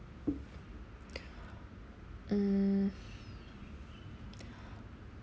mm